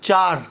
চার